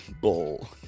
bull